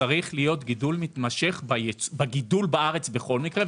צריך להיות גידול מתמשך בגידול בארץ בכל מקרה,